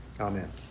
Amen